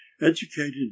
educated